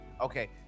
Okay